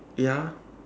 ya